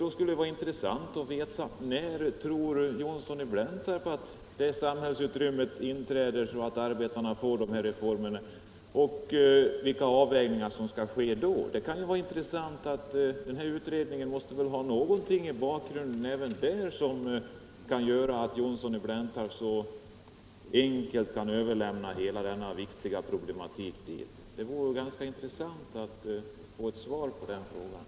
Det skulle vara intressant att veta när herr Johnsson tror att det kommer att finnas samhällsekonomiskt utrymme för en arbetstidsförkortning och vilka avvägningar som då skall göras. Det måste väl finnas något skäl till att herr Johnsson är villig att utan vidare överlämna hela denna viktiga fråga till utredningar.